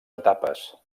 etapes